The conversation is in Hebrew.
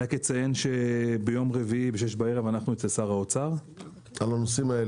אני רק אציין שביום רביעי בשש בערב אנחנו אצל שר האוצר על הנושאים האלה.